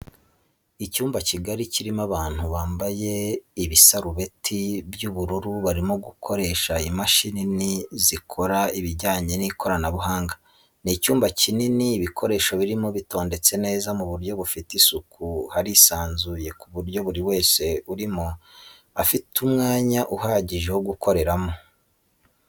Icyumba kigari kirimo abantu bambaye ibisarubeti by'ubururu barimo gukoresha imashini nini zikora ibijyanye n'ikoranabuhanga, ni icyumba kinini ibikoresho birimo bitondetse neza mu buryo bufite isuku harisanzuye ku buryo buri wese urimo afite umwanya uhagije wo gukoreramo.